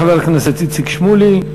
תודה לחבר הכנסת איציק שמולי.